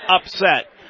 upset